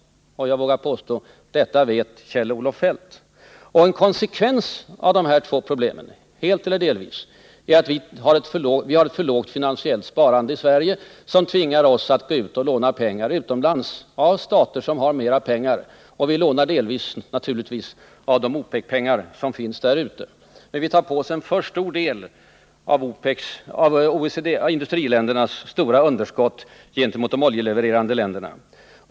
Och jag vågar påstå: Detta vet Kjell-Olof Feldt. En konsekvens av dessa två problem — helt eller delvis — är att vi har ett för lågt finansiellt sparande i Sverige, vilket tvingar oss att låna pengar utomlands, av stater som har mera pengar. Och vi lånar delvis, naturligtvis, av de OPEC-pengar som finns där ute. Vi tar på oss en alldeles för stor del av industriländernas samlade underskott gentemot de oljeproducerande länderna.